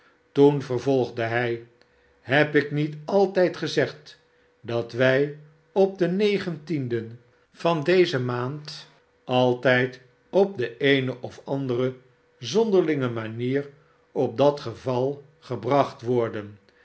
toen vervolgde hij heb ik niet altijd gezegd dat wij op den negentienden van deze maand altijd op de eene of andere zonderlinge manier op dat geval gebracht worden